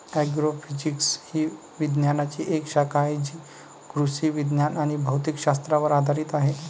agrophysics ही विज्ञानाची एक शाखा आहे जी कृषी विज्ञान आणि भौतिक शास्त्रावर आधारित आहे